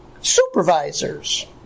supervisors